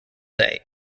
day